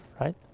right